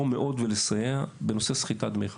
מאוד ולסייע בנושא סחיטת דמי חסות.